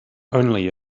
only